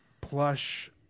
plush